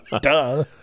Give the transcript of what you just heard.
Duh